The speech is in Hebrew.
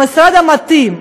המשרד המתאים,